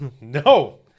no